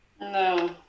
no